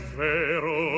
vero